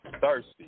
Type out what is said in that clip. thirsty